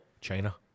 China